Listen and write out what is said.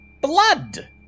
blood